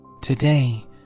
Today